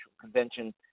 convention –